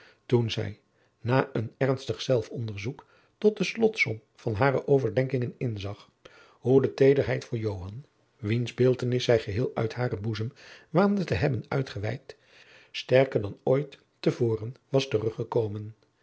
toen zij na een ernstig zelfsonderzoek tot slotsom van hare overdenkingen inzag hoe de tederheid voor joan wiens beeldtenis zij geheel uit haren boezem waande te hebben uitgeweid sterker dan ooit te voren was teruggekomen